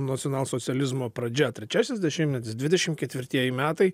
nacionalsocializmo pradžia trečiasis dešimtmetis dvidešimt ketvirtieji metai